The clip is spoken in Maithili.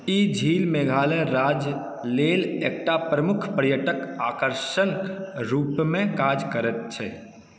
ई झील मेघालय राज्य लेल एकटा प्रमुख पर्यटक आकर्षणक रूपमे काज करैत छैक